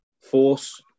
Force